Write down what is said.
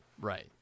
Right